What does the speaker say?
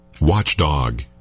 Watchdog